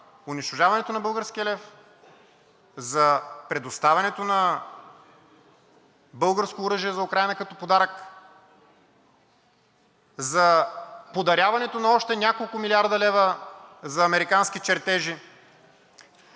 за унищожаването на българския лев, за предоставянето на българско оръжие за Украйна като подарък, за подаряването на още няколко милиарда лева за американски чертежи